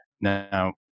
Now